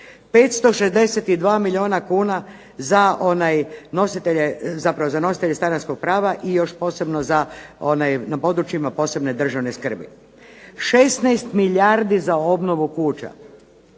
562 milijuna kuna za nositelje stanarskog prava i još posebno na područjima posebne državne skrbi, 16 milijardi za obnovu kuća.